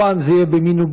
הפעם זה יהיה במיניבוסים.